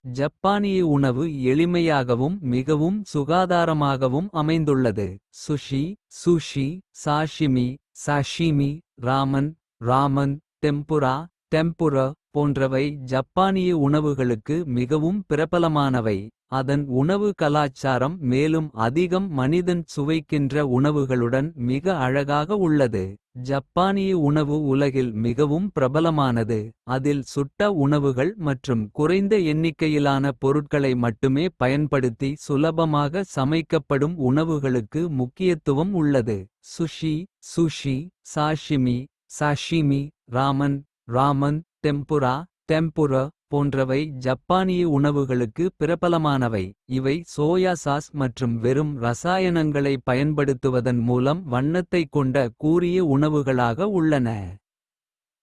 ஜப்பானிய உணவு எளிமையாகவும் மிகவும் சுகாதாரமாகவும். அமைந்துள்ளது சுஷி சாஷிமி ராமன். டெம்புரா போன்றவை ஜப்பானிய உணவுகளுக்கு. மிகவும் பிரபலமானவை அதன் உணவு கலாச்சாரம். மேலும் அதிகம் மனிதன் சுவைக்கின்ற உணவுகளுடன். மிக அழகாக உள்ளது ஜப்பானிய உணவு உலகில் மிகவும். பிரபலமானது அதில் சுட்ட உணவுகள் மற்றும் குறைந்த. எண்ணிக்கையிலான பொருட்களை மட்டுமே பயன்படுத்தி. சுலபமாக சமைக்கப்படும் உணவுகளுக்கு முக்கியத்துவம் உள்ளது. சுஷி சாஷிமி ராமன் டெம்புரா போன்றவை. ஜப்பானிய உணவுகளுக்கு பிரபலமானவை. இவை சோயா சாஸ் மற்றும் வெறும் ரசாயனங்களைப். பயன்படுத்துவதன் மூலம் வண்ணத்தைக் கொண்ட. கூரிய உணவுகளாக உள்ளன.